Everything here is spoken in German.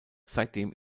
seitdem